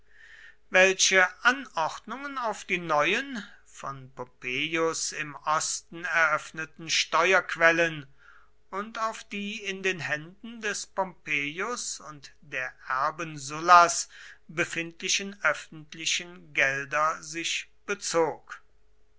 welche anordnungen auf die neuen von pompeius im osten eröffneten steuerquellen und auf die in den händen des pompeius und der erben sullas befindlichen öffentlichen gelder sich bezog